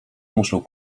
muszlę